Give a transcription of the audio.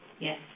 Yes